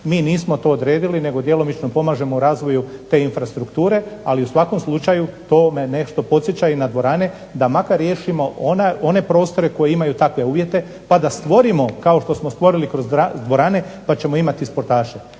mi nismo to odredili nego djelomično pomažemo razvoju te infrastrukture, ali u svakom slučaju to me nešto podsjeća na dvorane da makar riješimo one prostore koji imaju takve uvjete, pa da stvorimo kao što smo stvorili kroz dvorane da ćemo imati sportaše.